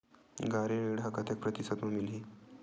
गाड़ी ऋण ह कतेक प्रतिशत म मिलही?